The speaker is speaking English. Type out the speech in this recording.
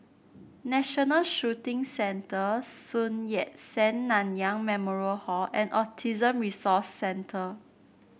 National Shooting Centre Sun Yat Sen Nanyang Memorial Hall and Autism Resource Centre